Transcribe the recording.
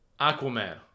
Aquaman